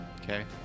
Okay